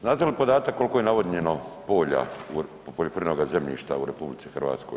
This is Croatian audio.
Znate li podatak kolko je navodnjeno polja poljoprivrednoga zemljišta u RH?